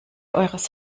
eures